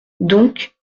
donc